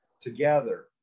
together